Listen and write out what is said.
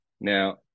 Now